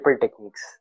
techniques